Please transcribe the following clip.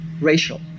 racial